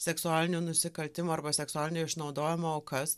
seksualinio nusikaltimo arba seksualinio išnaudojimo aukas